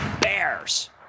bears